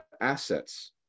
assets